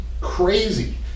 crazy